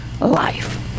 life